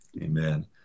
Amen